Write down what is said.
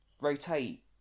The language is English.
rotate